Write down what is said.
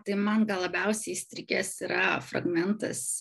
tai man gal labiausiai įstrigęs yra fragmentas